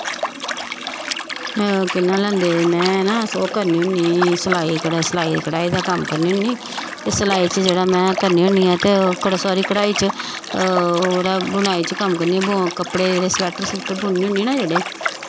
केह् नांऽ लैंदे में ना ओह् करनी होनी सलाई कढ़ाई दा कम्म करनी होनी ते सलाई च जेह्ड़ा में करनी होनी आं ते ओह् सारी कढ़ाई च ओह्दा बुनाई च कम्म करनी आं कपड़े जेह्ड़े स्वेटर स्वूटर बुननी होनी ना जेह्ड़े